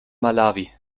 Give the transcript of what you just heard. malawi